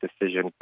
decision